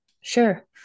sure